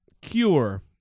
Cure